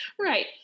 Right